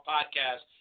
Podcast